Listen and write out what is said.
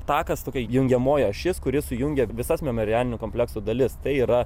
takas tokia kaip jungiamoji ašis kuri sujungia visas memorialinio komplekso dalis tai yra